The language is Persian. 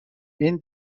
این